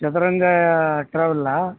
Chaduranga ಟ್ರಾವೆಲ್ಲಾ